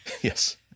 Yes